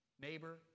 Neighbor